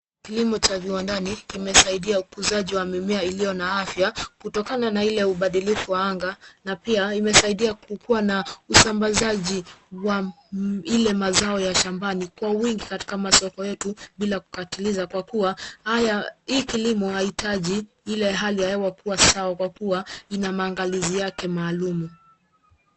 Kilimo cha Chazu Wandani kimesaidia ukuaji wa mimea yenye afya kutokana na kuboresha ubora wa udongo. Pia kimesaidia katika ukuaji na usambazaji wa mazao ya shambani kwa wingi sokoni bila kuharibu mazao hayo. Kilimo hiki hakihitaji hali ya udongo kuwa sawa kabisa, kwa kuwa kina uangalizi maalumu unaohakikisha mafanikio ya mazao